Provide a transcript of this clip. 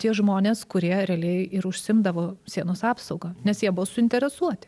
tie žmonės kurie realiai ir užsiimdavo sienos apsauga nes jie buvo suinteresuoti